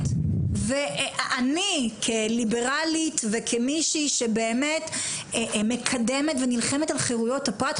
ואני כליברלית וכמישהי שבאמת מקדמת ונלחמת על חירויות הפרט,